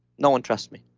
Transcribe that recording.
no one trusts me.